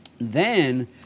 Then-